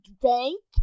drink